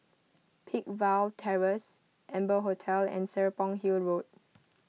Peakville Terrace Amber Hotel and Serapong Hill Road